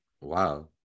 Wow